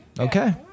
Okay